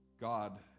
God